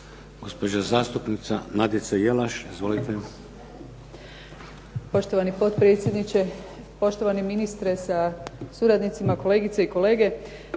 Gospođa zastupnica Nadica Jelaš. Izvolite.